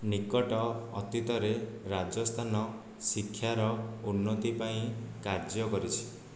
ନିକଟ ଅତୀତରେ ରାଜସ୍ଥାନ ଶିକ୍ଷାର ଉନ୍ନତି ପାଇଁ କାର୍ଯ୍ୟ କରିଛି